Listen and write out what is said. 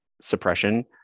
suppression